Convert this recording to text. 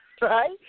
right